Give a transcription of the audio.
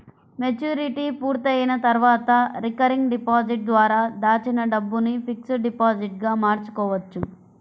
maturity పూర్తయిన తర్వాత recurring deposit ద్వారా దాచిన డబ్బును ఫిక్స్డ్ డిపాజిట్ గా మార్చుకోవచ్చు